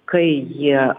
kai jie